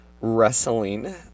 wrestling